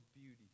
beauty